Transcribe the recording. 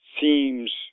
seems